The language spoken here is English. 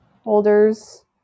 holders